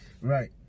right